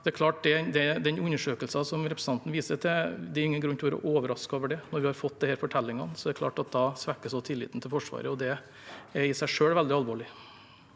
det største alvor. Den undersøkelsen representanten viser til, er det ingen grunn til å være overrasket over når vi har fått disse fortellingene. Det er klart at da svekkes også tilliten til Forsvaret, og det er i seg selv veldig alvorlig.